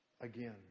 again